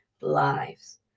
lives